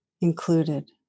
included